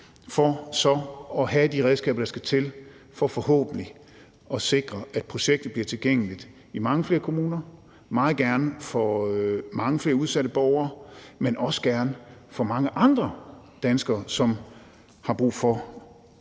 for så at have de redskaber, der skal til for forhåbentlig at sikre, at projektet bliver tilgængeligt i mange flere kommuner, meget gerne for mange flere udsatte borgere, men også gerne for mange andre danskere, som har brug for en